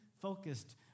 focused